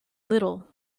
little